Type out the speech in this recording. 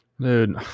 Dude